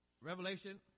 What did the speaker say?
Revelation